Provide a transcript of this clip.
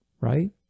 right